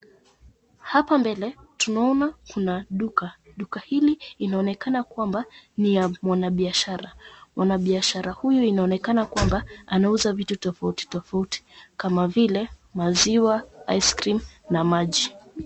Hapa mbele tunaona kuna duka. Duka hili linaonekana kwamba ni la mwanabiashara. Mwanabiashara huyu inaonekana kwamba anauza vitu tofauti kama vile maziwa, ice cream na maji.